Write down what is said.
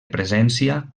presència